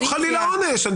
לא חלילה עונש.